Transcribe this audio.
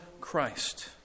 Christ